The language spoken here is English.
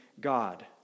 God